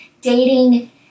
dating